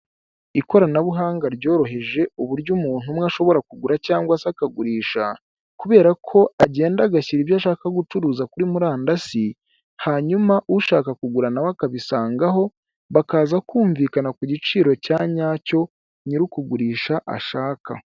Ikoranabuhanga ryoroheje uburyo umuntu umwe ashobora kugura cyangwa se akagurisha, kubera ko agenda agashyira ibyo ashaka gucuruza kuri murandasi hanyuma ushaka kugura nawe akabisangaho bakaza kumvikana ku giciro cya nyacyo nyiri ukugurisha ashaka.